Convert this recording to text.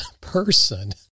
person